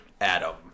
Adam